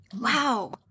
Wow